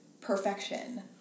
perfection